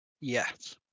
Yes